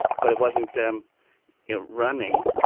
but it wasn't them running.